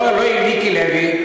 לא עם מיקי לוי,